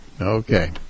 Okay